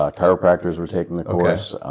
ah chiropractors were taking the course.